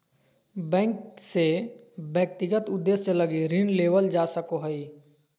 bank से व्यक्तिगत उद्देश्य लगी ऋण लेवल जा सको हइ